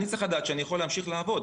אני צריך לדעת שאני יכול להמשיך לעבוד.